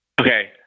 Okay